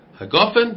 hagafen